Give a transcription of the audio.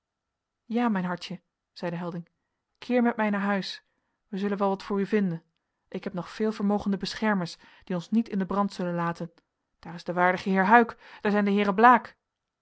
ja mijn hartje zeide helding keer met mij naar huis wij zullen wel wat voor u vinden ik heb nog veelvermogende beschermers die ons niet in den brand zullen laten daar is de waardige heer huyck daar zijn de heeren blaek